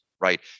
Right